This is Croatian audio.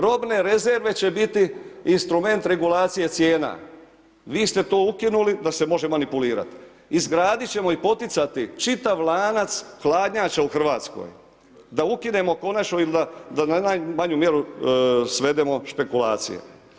Robne rezerve će biti instrument regulacije cijena, vi ste to ukinuli da se može manipulirati, izgradit ćemo i poticati čitav lanac hladnjača u Hrvatskoj, da ukinemo konačno il da na najmanju mjeru svedemo špekulacije.